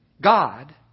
God